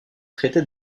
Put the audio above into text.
traité